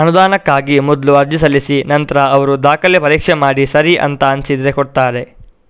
ಅನುದಾನಕ್ಕಾಗಿ ಮೊದ್ಲು ಅರ್ಜಿ ಸಲ್ಲಿಸಿ ನಂತ್ರ ಅವ್ರು ದಾಖಲೆ ಪರೀಕ್ಷೆ ಮಾಡಿ ಸರಿ ಅಂತ ಅನ್ಸಿದ್ರೆ ಕೊಡ್ತಾರೆ